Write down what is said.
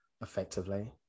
effectively